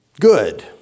good